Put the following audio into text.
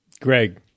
Greg